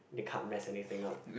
they can't mess anything up